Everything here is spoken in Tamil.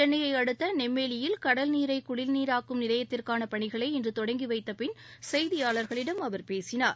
சென்னைய அடுத்த நெம்மேலியில் கடல் நீரை குடிநீராக்கும் நிலையத்திற்கான பணிகளை இன்று தொடங்கி வைத்த பின் செய்தியாளர்களிடம் அவர் பேசினார்